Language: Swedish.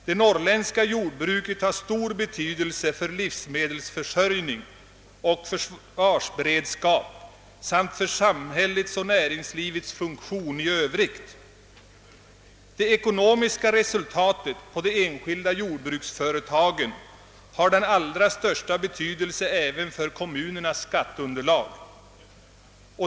Det norrländska jordbruket har stor betydelse för livsmedelsförsörjningen och försvarsberedskapen samt för samhällets och näringslivets funktion i övrigt. Det ekonomiska resultatet av de enskilda jordbruksföretagen har den allra största betydelse även för kommunernas skatteunderlag.